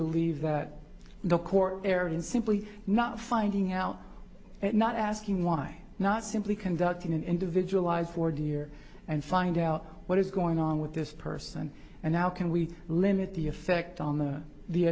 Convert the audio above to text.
believe that the court erred in simply not finding out and not asking why not simply conducting an individualized for deer and find out what is going on with this person and how can we limit the effect on that the